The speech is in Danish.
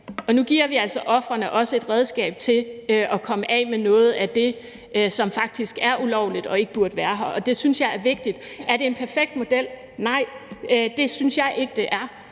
Nu giver vi altså ofrene et redskab til at komme af med noget af det, som faktisk er ulovligt og ikke burde være her, og det synes jeg er vigtigt. Er det en perfekt model? Nej, det synes jeg ikke det er.